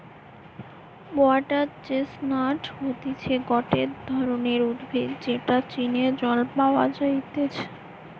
water chestnut হতিছে গটে ধরণের উদ্ভিদ যেটা চীনা জল পাওয়া যাইতেছে